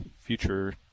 future